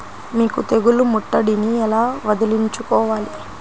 మీరు తెగులు ముట్టడిని ఎలా వదిలించుకోవాలి?